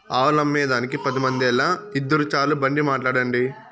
ఆవులమ్మేదానికి పది మందేల, ఇద్దురు చాలు బండి మాట్లాడండి